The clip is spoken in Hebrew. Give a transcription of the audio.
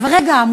אבל רגע,